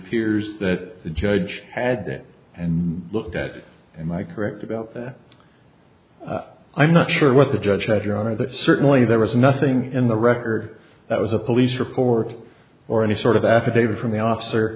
years that the judge had it and looked at my correct about i'm not sure what the judge had your honor that certainly there was nothing in the record that was a police report or any sort of affidavit from the officer